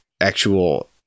actual